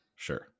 Sure